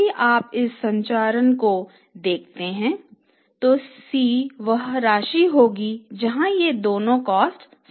यदि आप इस संरचना को देखते हैं तो C वह राशि होगी जहां ये दोनों कॉस्ट समान हैं